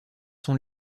sont